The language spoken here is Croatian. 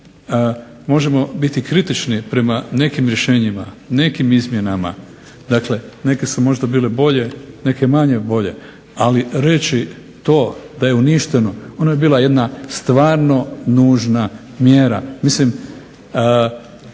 Možemo biti kritični prema nekim rješenjima, nekim izmjenama, dakle neke su možda bile bolje, neke manje bolje, ali reći to da je uništeno, ono je bila jedna stvarno nužna mjera.